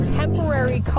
temporary